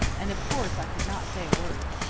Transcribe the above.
and of course i could not say a word.